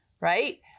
right